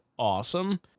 Awesome